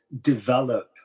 develop